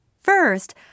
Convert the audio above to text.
First